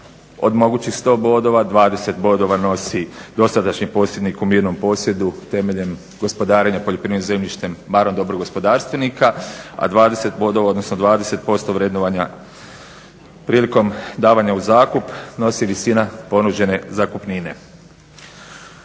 od mogućih 100 bodova, 20 bodova nosi dosadašnji posjednik u mirnom posjedu temeljem gospodarenja poljoprivrednim zemljištem marom dobrog gospodarstvenika, a 20 bodova, odnosno 20% vrednovanja prilikom davanja u zakup nosi visina ponuđene zakupnine.